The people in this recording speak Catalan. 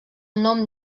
nom